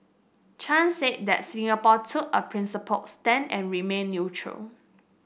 Chan said that Singapore took a principled stand and remained neutral